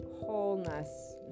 wholeness